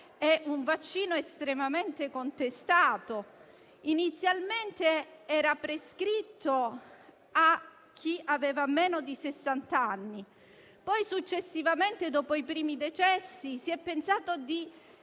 vaccino è estremamente contestato: inizialmente è stato prescritto a chi aveva meno di sessant'anni. Successivamente, dopo i primi decessi, si è pensato di